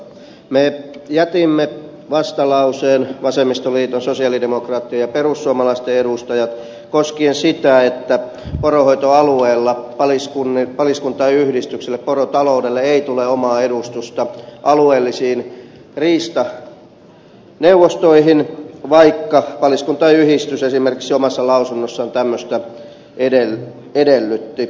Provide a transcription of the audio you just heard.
me vasemmistoliiton sosialidemokraattien ja perussuomalaisten edustajat jätimme vastalauseen koskien sitä että poronhoitoalueella paliskuntain yhdistykselle porotaloudelle ei tule omaa edustusta alueellisiin riistaneuvostoihin vaikka esimerkiksi paliskuntain yhdistys omassa lausunnossaan tämmöistä edellytti